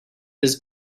this